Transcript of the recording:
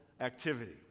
activity